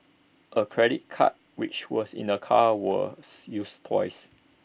A credit card which was in the car was used twice